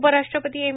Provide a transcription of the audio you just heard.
उपराष्ट्रपती एम